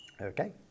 Okay